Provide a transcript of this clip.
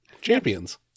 Champions